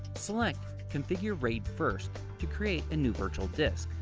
select configure raid first to create a new virtual disk.